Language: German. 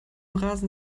rasen